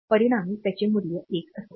परिणामी त्याचे मूल्य 1 असेल